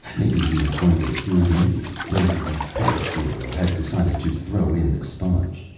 maybe he was going to hear the news. maybe the politburo had decided to throw in the sponge.